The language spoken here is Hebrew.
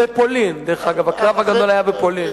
בפולין, דרך אגב, הקרב הגדול היה בפולין.